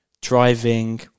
driving